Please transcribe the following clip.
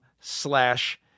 slash